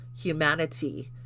humanity